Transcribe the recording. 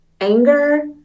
anger